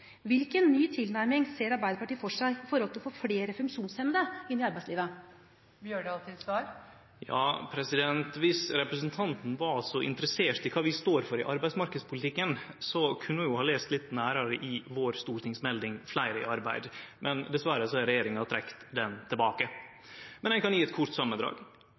Hvilken ny tilnærming ser Arbeiderpartiet for seg med hensyn til å få flere funksjonshemmede inn i arbeidslivet? Viss representanten var så interessert i kva vi står for i arbeidsmarknadspolitikken, kunne ho jo ha lese litt nærare i stortingsmeldinga vår Flere i arbeid. Men dessverre har regjeringa trekt ho tilbake. Men eg kan gje eit kort samandrag.